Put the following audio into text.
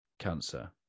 cancer